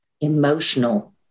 emotional